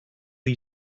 you